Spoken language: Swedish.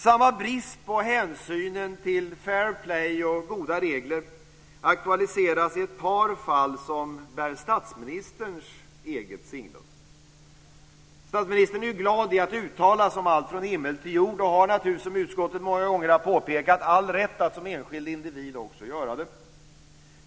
Samma brist på hänsyn till fair play och goda regler aktualiseras i ett par fall som bär statsministerns eget signum. Statsministern är glad i att uttala sig om allt från himmel till jord och har, som utskottet många gånger har påpekat, all rätt att som enskild individ också göra det.